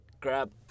Grab